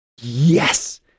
Yes